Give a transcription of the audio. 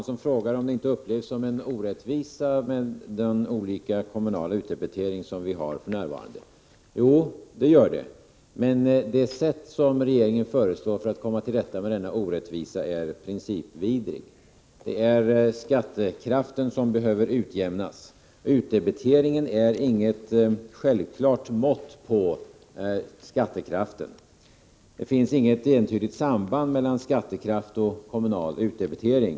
Herr talman! Paul Jansson frågar om inte de olika kommunala utdebiteringar som vi för närvarande har upplevs som en orättvisa. Jo, det gör de. Men det sätt som regeringen föreslår för att komma till rätta med denna orättvisa är principvidrigt. Det är skattekraften som behöver utjämnas. Utdebiteringen är inget självklart mått på skattekraften. Det finns inget entydigt samband mellan skattekraft och kommunal utdebitering.